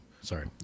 Sorry